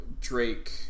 Drake